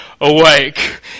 awake